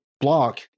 block